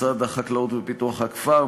משרד החקלאות ופיתוח הכפר,